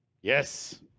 yes